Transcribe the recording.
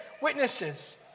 witnesses